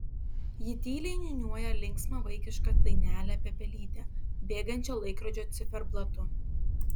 ji tyliai niūniuoja linksmą vaikišką dainelę apie pelytę bėgančią laikrodžio ciferblatu